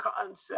concept